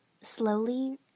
Slowly